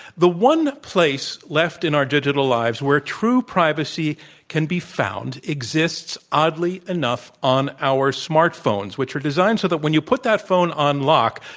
the one place left in our digital lives where true privacy can be found exists, oddly enough, on our smartphones, which are designed so that when you put that phone on lock,